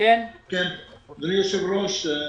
אדוני היושב-ראש,